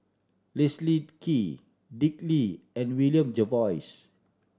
Leslie Kee Dick Lee and William Jervois